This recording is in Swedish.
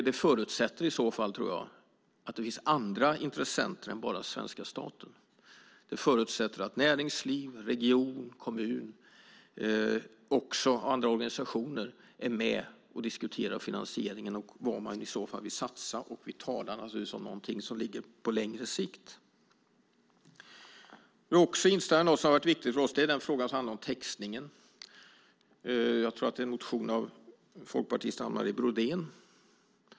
Det tror jag i så fall förutsätter att det finns andra intressenter än bara svenska staten. Det förutsätter att näringsliv, region, kommun och även andra organisationer är med och diskuterar finansieringen och vad man i så fall vill satsa. Vi talar naturligtvis om någonting som ligger på längre sikt. Något som också har varit viktigt för oss är frågan om textningen. Jag tror att det är en motion av Folkpartiets Anita Brodén.